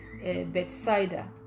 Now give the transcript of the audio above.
Bethsaida